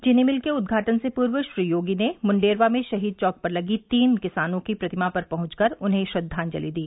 चीनी मिल के उद्घाटन से पूर्व श्री योगी ने मुंडेरवा में शहीद चौक पर लगी तीन किसानों की प्रतिमा पर पहुंचकर उन्हें श्रद्वांजलि दी